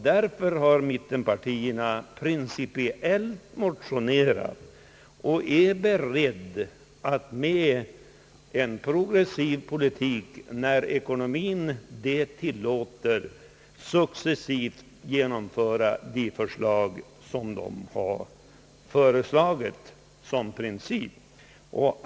Därför har mittenpartierna motionerat principiellt och är beredda att med en progressiv politik, när ekonomin det tillåter, successivt genomföra de förslag som motionerna i princip innehåller.